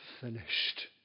finished